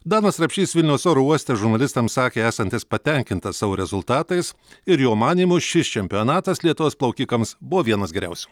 danas rapšys vilniaus oro uoste žurnalistams sakė esantis patenkintas savo rezultatais ir jo manymu šis čempionatas lietuvos plaukikams buvo vienas geriausių